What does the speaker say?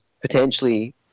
potentially